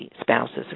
spouses